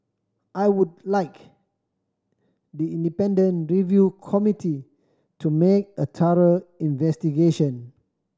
I would like the independent review committee to make a thorough investigation